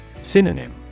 Synonym